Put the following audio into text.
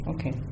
Okay